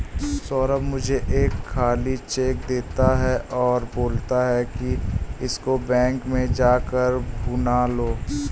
सौरभ मुझे एक खाली चेक देता है और बोलता है कि इसको बैंक में जा कर भुना लो